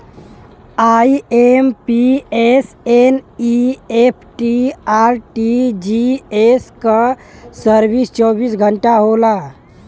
IMPS, NEFT, RTGS क service चौबीस घंटा होला